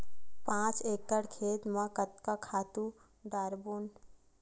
पांच एकड़ खेत म कतका खातु डारबोन?